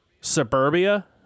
suburbia